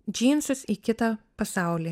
džinsus į kitą pasaulį